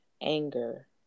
anger